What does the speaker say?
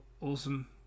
awesome